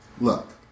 Look